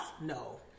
No